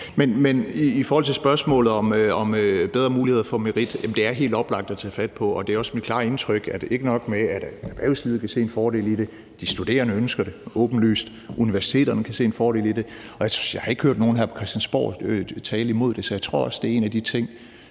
I forhold til spørgsmålet om bedre muligheder for merit vil jeg sige, at det er helt oplagt at tage fat på, og det er også mit klare indtryk, at ikke nok med at erhvervslivet kan se en fordel i det, men de studerende ønsker det åbenlyst, universiteterne kan se en fordel i det, og jeg har ikke hørt nogen her på Christiansborg tale imod det, så jeg tror også, det er en af de ting,